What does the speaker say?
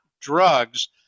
drugs